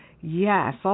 Yes